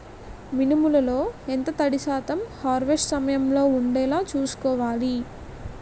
మినుములు లో ఎంత తడి శాతం హార్వెస్ట్ సమయంలో వుండేలా చుస్కోవాలి?